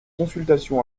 consultation